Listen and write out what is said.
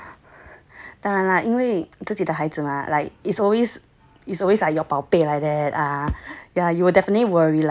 ya ya ya 当然啦因为自己的孩子们 like it's always it's always ah your 宝贝 like that ah yeah you will definitely worry lah